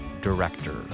director